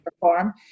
perform